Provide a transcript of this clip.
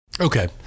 Okay